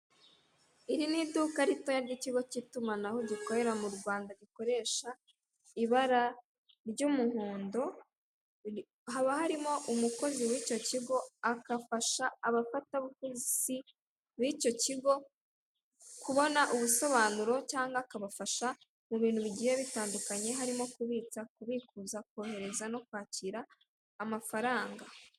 Iri ni iduka ritoya ry'ikigo cy'itumanaho gikorera mu Rwanda gikoresha ibara ry'umuhondo haba harimo umukozi w'icyo kigo agafasha abafata buguzi b'icyo kigo kubona ubusobanuro cyangwa akabafasha mu bintu bigiye bitandukanye harimo kubitsa, kubikuza, kohereza no kwakira amafaranga.